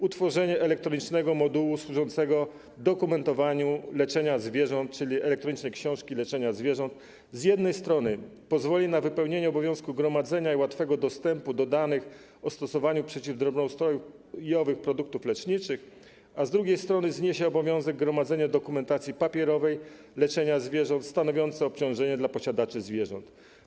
Utworzenie elektronicznego modułu służącego dokumentowaniu leczenia zwierząt, czyli elektronicznej książki leczenia zwierząt - to z jednej strony pozwoli na wypełnienie obowiązku gromadzenia i łatwego dostępu do danych o stosowaniu przeciwdrobnoustrojowych produktów leczniczych, a z drugiej strony zniesie obowiązek gromadzenia dokumentacji papierowej leczenia zwierząt stanowiący obciążenie dla posiadaczy zwierząt.